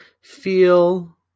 feel